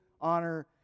honor